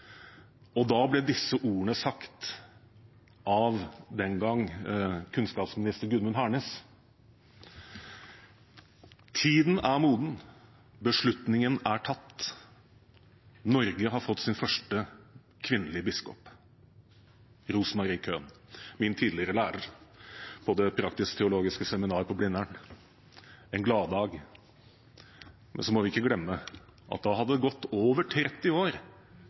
Da ble disse ordene sagt av den gang kirke-, utdannings- og forskningsminister Gudmund Hernes: Tiden er moden. Beslutningen er tatt. Norge har fått sin første kvinnelige biskop. Det var Rosemarie Köhn, min tidligere lærer på det praktisk-teologiske seminar på Blindern. En gladdag – men så må vi ikke glemme at da hadde det gått over 30 år